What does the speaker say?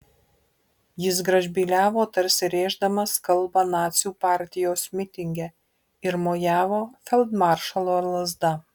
jis gražbyliavo tarsi rėždamas kalbą nacių partijos mitinge ir mojavo feldmaršalo lazda